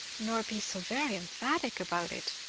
nor be so very emphatic about it.